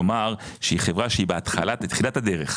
כלומר שהיא חברה שהיא בתחילת הדרך,